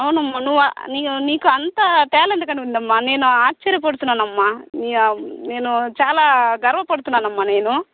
అవున్నామ్మా నువు నీకు అంత టాలెంట్ కానీ ఉందమ్మా నేను ఆశ్చర్యపడుతున్నానమ్మా నేను చాలా గర్వపడుతున్నానమ్మా నేను